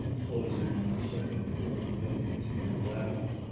closing on the second floor above you to your left,